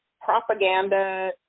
propaganda